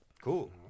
Cool